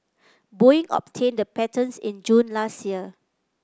Boeing obtained the patents in June last year